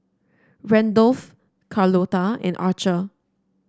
Randolph Carlotta and Archer